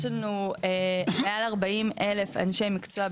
יש לנו מעל 40 אלף אנשי מקצוע,